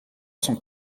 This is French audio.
cent